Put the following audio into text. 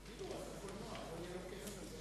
תשיגו עוד 100 מיליון.